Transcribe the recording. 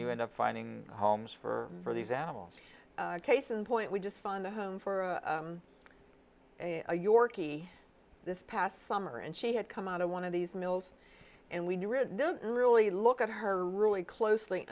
you end up finding homes for for these animals case in point we just find a home for a yorkie this past summer and she had come out of one of these mills and we knew ridden don't really look at her really closely